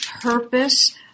purpose